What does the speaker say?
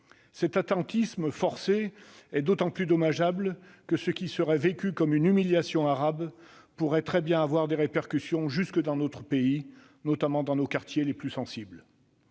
Cet attentisme forcé est d'autant plus dommageable que ce qui serait vécu comme une humiliation par les Arabes pourrait très bien avoir des répercussions jusque dans notre pays, notamment dans nos quartiers les plus sensibles.